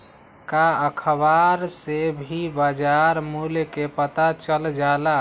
का अखबार से भी बजार मूल्य के पता चल जाला?